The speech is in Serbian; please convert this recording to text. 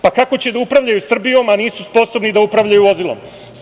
Pa, kako će da upravljaju Srbijom, a nisu sposobni da upravljaju vozilom.